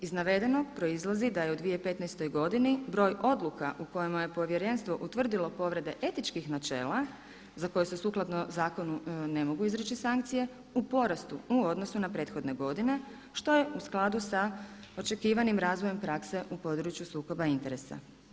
Iz navedenog proizlazi da je u 2015. godini broj odluka u kojima je Povjerenstvo utvrdilo povrede etičkih načela za koje se sukladno zakonu ne mogu izreći sankcije u porastu, u odnosu na prethodne godine što je u skladu sa očekivanim razvojem prakse u području sukoba interesa.